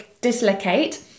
dislocate